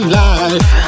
life